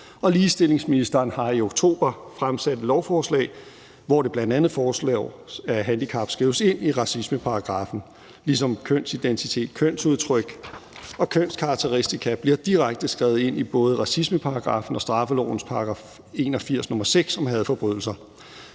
ligestillingsministeren har i oktober fremsat et lovforslag, hvor det bl.a. foreslås, at handicap skrives ind i racismeparagraffen, ligesom kønsidentitet, kønsudtryk og kønskarakteristika bliver direkte skrevet ind i både racismeparagraffen og straffelovens § 81, nr. 6, om hadforbrydelser.